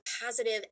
positive